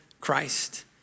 Christ